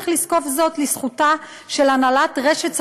צריך לזקוף זאת לזכותה של הנהלת רשת סח'נין,